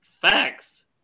facts